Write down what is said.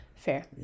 Fair